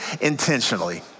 intentionally